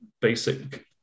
basic